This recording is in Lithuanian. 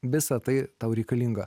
visa tai tau reikalinga